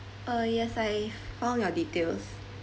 uh yes I've all your details